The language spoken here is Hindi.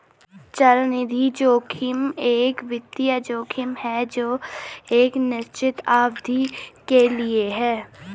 चलनिधि जोखिम एक वित्तीय जोखिम है जो एक निश्चित अवधि के लिए है